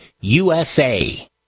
usa